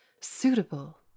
suitable